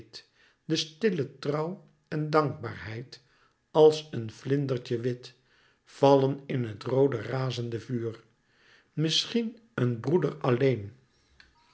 de stille trouw en dankbaarheid als een vlindertje wit vallen in het roode razende vuur misschien een broeder alleen